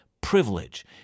privilege